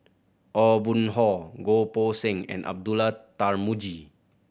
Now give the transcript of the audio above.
Aw Boon Haw Goh Poh Seng and Abdullah Tarmugi